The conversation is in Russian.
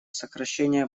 сокращение